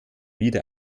wieder